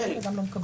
כן.